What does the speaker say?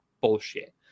bullshit